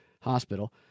Hospital